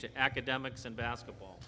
to academics in basketball